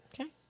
okay